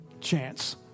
chance